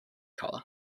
colour